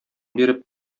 биреп